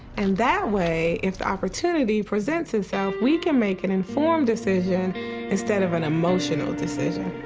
and that way, if the opportunity presents itself, we can make an informed decision instead of an emotional decision.